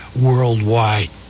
worldwide